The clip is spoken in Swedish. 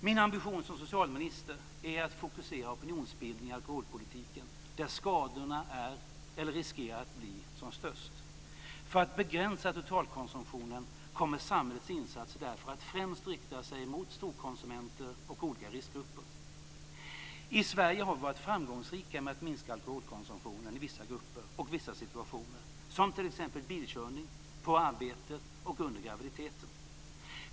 Min ambition som socialminister är att fokusera opinionsbildningen inom alkoholpolitiken dit där skadorna är eller riskerar att bli som störst. För att begränsa totalkonsumtionen kommer samhällets insatser därför att främst rikta sig mot storkonsumenter och olika riskgrupper. I Sverige har vi varit framgångsrika när det gäller att minska alkoholkonsumtionen i vissa grupper och vissa situationer, som t.ex. vid bilkörning, på arbetet och under graviditeten.